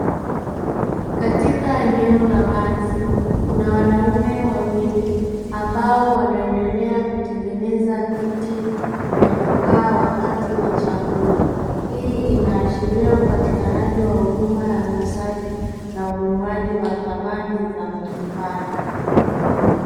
Katika eneo la wazi kuja wanaume wawili ambao wanaendelea kutengeneza viti vya kukaa wakati wa chakula. Hii inaashiria upatikanaji wa huduma ya uuzaji na ununuaji wa samani za majumbani.